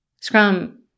Scrum